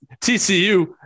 TCU